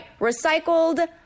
recycled